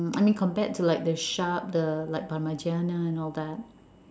mm I mean compared to like the sharp the like parmigiana and all that